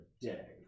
day